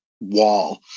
wall